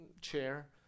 chair